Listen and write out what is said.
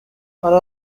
hari